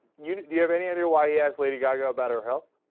unit you have any idea why he has lady gaga about her health